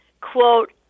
quote